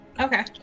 Okay